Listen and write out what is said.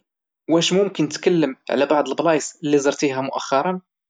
واش ممكن تتكلم على بعض البلايص اللي زرتيها مؤخرا؟